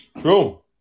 True